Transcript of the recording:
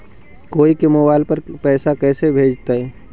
कोई के मोबाईल पर पैसा कैसे भेजइतै?